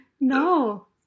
No